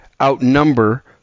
outnumber